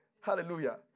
Hallelujah